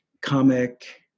comic